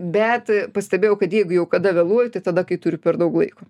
bet pastebėjau kad jeigu jau kada vėluoju tai tada kai turi per daug laiko